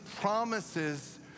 promises